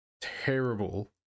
terrible